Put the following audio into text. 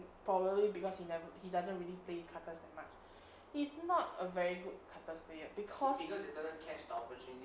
probably because he never he doesn't really play karthus that much he's not a very good karthus player because